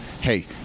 hey